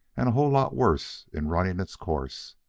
and a whole lot worse in running its course.